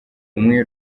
umwe